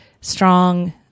strong